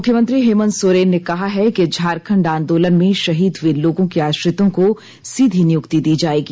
मुख्यमंत्री हेमंत सोरेन ने कहा है कि झारखंड आंदोलन में शहीद हुए लोगों के आश्रितों को सीधी नियुक्ति दी जायेगी